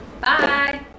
Bye